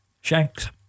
Shanks